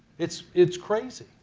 it's it's crazy.